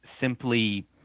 simply